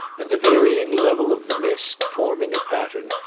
and the varying level of the mist, forming a pattern,